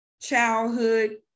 childhood